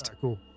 Cool